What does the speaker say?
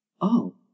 Oh